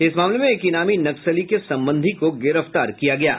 इस मामले में एक इनामी नक्सली के संबंधी को गिरफ्तार किया है